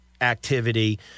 activity